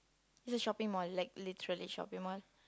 the shopping mall like literally shopping mall